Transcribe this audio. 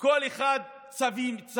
יום אחד, כל אחד, צווים,